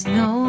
no